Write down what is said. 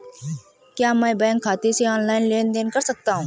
क्या मैं बैंक खाते से ऑनलाइन लेनदेन कर सकता हूं?